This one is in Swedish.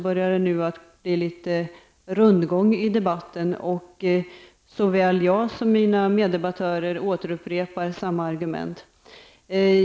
Både jag och mina meddebattörer återupprepar samma argument.